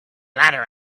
ladder